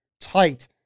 tight